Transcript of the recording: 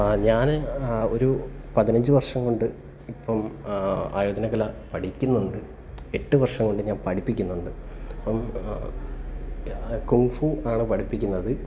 ഞാൻ ഒരു പതിനഞ്ച് വർഷം കൊണ്ട് ഇപ്പം ആയോധനകല പഠിക്കുന്നുണ്ട് എട്ടു വർഷം കൊണ്ടു ഞാൻ പഠിപ്പിക്കുന്നുണ്ട് അപ്പം കുംഫു ആണ് പഠിപ്പിക്കുന്നത്